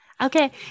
Okay